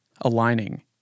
aligning